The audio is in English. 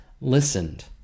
listened